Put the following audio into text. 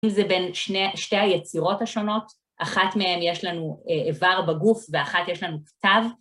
זה בין שני... שתי היצירות השונות. אחת מהן יש לנו איבר בגוף, ואחת יש לנו כתב.